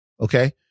Okay